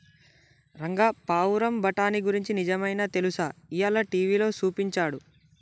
రంగా పావురం బఠానీ గురించి నిజమైనా తెలుసా, ఇయ్యాల టీవీలో సూపించాడు